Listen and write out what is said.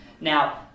Now